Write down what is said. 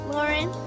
Lauren